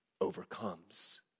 overcomes